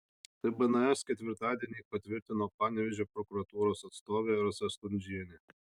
tai bns ketvirtadienį patvirtino panevėžio prokuratūros atstovė rasa stundžienė